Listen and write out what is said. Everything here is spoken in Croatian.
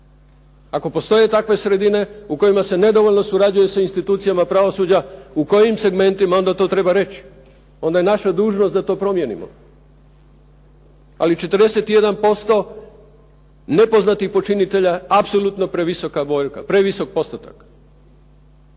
ako postoje takve sredine u kojima se nedovoljno surađuje sa institucijama pravosuđa u kojim segmentima onda to treba reći. Onda je naša dužnost da to promijenimo, ali 41% nepoznatih počinitelja je apsolutno previsok postotak.